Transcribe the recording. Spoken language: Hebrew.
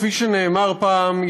כפי שנאמר פעם,